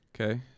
Okay